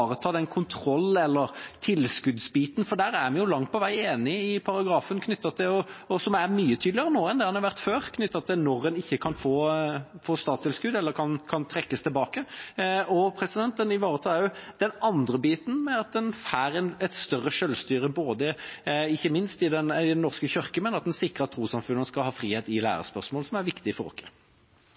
kontroll- og tilskuddsaspektet. Der er vi langt på vei enige om den paragrafen, som er mye tydeligere nå enn det den har vært før knyttet til når en ikke kan få statstilskudd, eller når det kan trekkes tilbake. Det ivaretar også det andre aspektet, ved at en får et større selvstyre ikke minst i Den norske kirke, men en sikrer også at trossamfunnene skal ha frihet i lærespørsmål, som er viktig for oss.